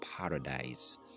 paradise